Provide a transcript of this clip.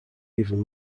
even